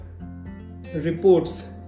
reports